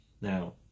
Now